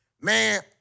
Man